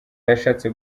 yashatse